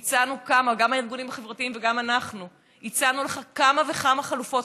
גם הארגונים החברתיים וגם אנחנו הצענו לך כמה וכמה חלופות,